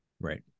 right